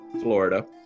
Florida